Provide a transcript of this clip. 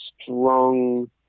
strong